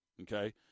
Okay